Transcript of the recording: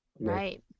right